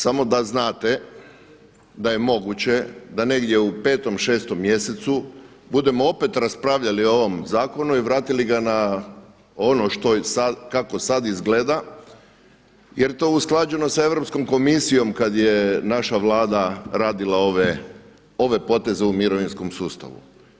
Samo da znate, da je moguće da negdje u petom, šestom mjesecu budemo opet raspravljali o ovom zakonu i vratili ga na ono što sad, kako sad izgleda jer je to usklađeno sa Europskom komisijom kad je naša Vlada radila ove poteze u mirovinskom sustavu.